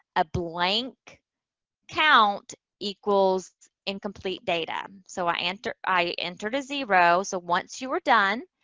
a blank count equals incomplete data. so, i entered i entered a zero. so, once you are done,